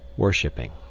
worshipping